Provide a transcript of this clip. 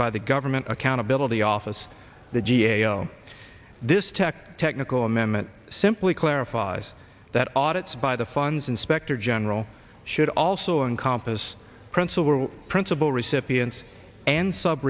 by the government accountability office the g a o this tech technical amendment simply clarifies that audits by the fun's inspector general should also in compas principal principal recipients and sub